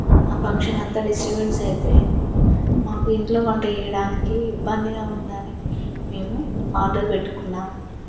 ఆ ఫంక్షన్ అంతా డిస్టబెన్స్ అయిపోయింది మాకు ఇంట్లో వంట చేయడానికి ఇబ్బందిగా ఉందని మేము ఆర్డర్ పెట్టుకున్నాము